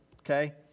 okay